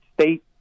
state